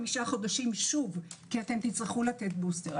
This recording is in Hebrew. חמישה חודשים שוב, כי אתם תצטרכו לתת בוסטר.